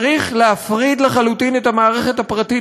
צריך להפריד לחלוטין את המערכת הפרטית